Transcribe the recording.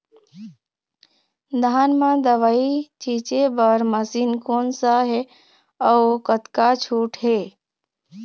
धान म दवई छींचे बर मशीन कोन सा हे अउ कतका छूट हे?